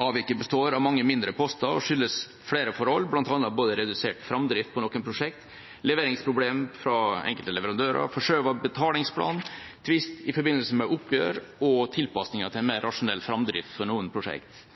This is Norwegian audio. Avviket består av mange mindre poster og skyldes flere forhold, bl.a. redusert framdrift på noen prosjekt, leveringsproblem fra enkelte leverandører, forskjøvet betalingsplan, tvist i forbindelse med oppgjør og tilpasninger til en mer rasjonell framdrift for noen prosjekt.